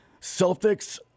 Celtics